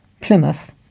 Plymouth